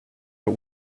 but